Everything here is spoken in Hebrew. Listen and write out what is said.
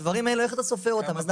איך אתה סופר את הדברים האלה?